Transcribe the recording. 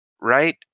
right